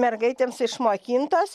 mergaitėms išmokintos